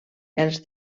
els